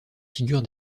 figure